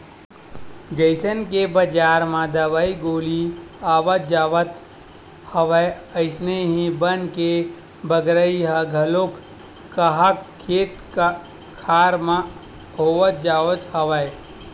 जइसन के बजार म दवई गोली आवत जावत हवय अइसने ही बन के बगरई ह घलो काहक खेत खार म होवत जावत हवय